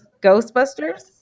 Ghostbusters